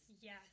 yes